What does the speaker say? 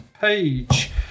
page